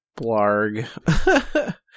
blarg